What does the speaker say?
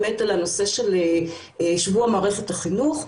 באמת על הנושא של שבוע מערכת החינוך,